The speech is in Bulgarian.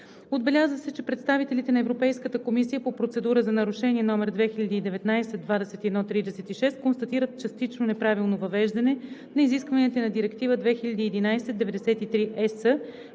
Отбеляза се, че представителите на Европейската комисия по Процедура за нарушение № 2019/2136 констатират частично неправилно въвеждане на изискванията на Директива 2011/93/ЕС